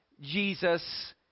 Jesus